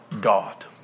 God